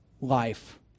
life